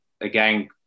again